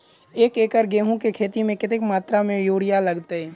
एक एकड़ गेंहूँ केँ खेती मे कतेक मात्रा मे यूरिया लागतै?